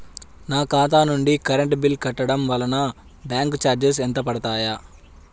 నా ఖాతా నుండి కరెంట్ బిల్ కట్టడం వలన బ్యాంకు చార్జెస్ ఎంత పడతాయా?